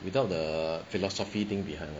without the philosophy thing behind